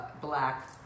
black